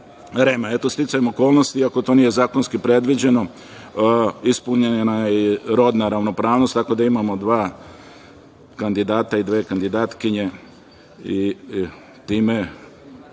REM. Sticajem okolnosti i ako to nije zakonski predviđeno ispunjena je rodna ravnopravnost, tako da imamo dva kandidata i dve kandidatkinje i zaista